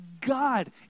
God